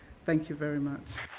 thank you very much.